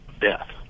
death